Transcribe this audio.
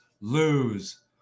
lose